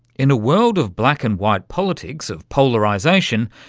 in a world of black and white politics, of polarisation,